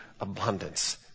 abundance